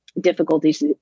difficulties